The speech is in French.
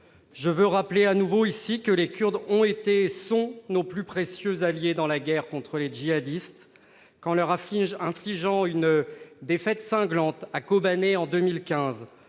Je veux rappeler en cet instant que les Kurdes ont été et sont nos plus précieux alliés dans la guerre contre les djihadistes. En leur infligeant une défaite cinglante à Kobané en 2015,